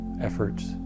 efforts